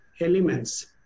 elements